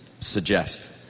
Suggest